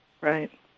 Right